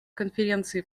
конференции